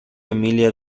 emilia